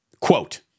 Quote